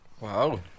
Wow